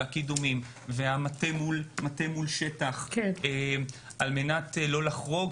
הקידומים והמטה מול שטח על מנת לא לחרוג.